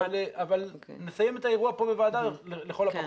אבל נסיים את האירוע פה בוועדה לכל הפחות.